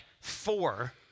four